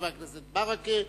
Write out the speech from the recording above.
חבר הכנסת ברכה,